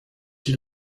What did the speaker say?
die